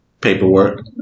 paperwork